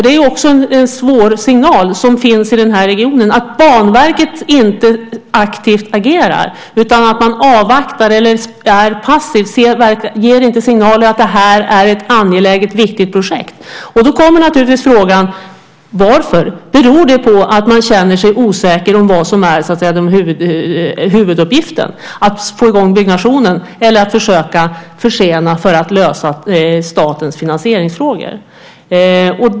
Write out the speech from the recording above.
Det är också en svår signal som finns i den här regionen, att Banverket inte aktivt agerar utan att man avvaktar eller är passiv och inte ger signaler att det här är ett angeläget viktigt projekt. Då kommer naturligtvis frågan: Varför? Beror det på att man känner sig osäker om vad som är huvuduppgiften? Är det att få i gång byggnation eller att försöka försena för att lösa statens finansieringsfrågor?